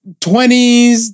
20s